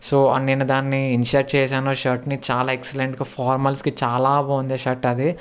so నేను దాన్ని in shirt చేశాను షర్ట్ని చాలా ఎక్సలెంట్గా ఫార్మల్స్కి చాలా బాగుంది షర్ట్ అదీ